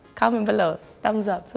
comment below, thumbs up, so